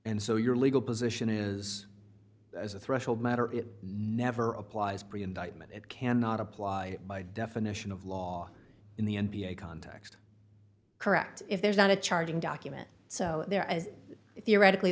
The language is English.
and so your legal position is as a threshold matter it never applies pre indictment it can not apply by definition of law in the n p a context correct if there's not a charging document so there as theoretical